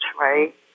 right